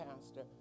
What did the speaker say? Pastor